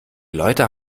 leute